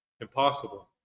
impossible